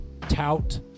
Tout